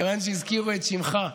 כיוון שהזכירו את שמך.